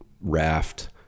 raft